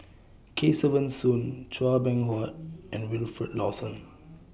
Kesavan Soon Chua Beng Huat and Wilfed Lawson